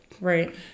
Right